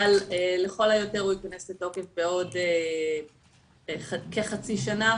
אבל לכל היותר הוא ייכנס לתוקף בעוד כחצי שנה,